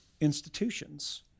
institutions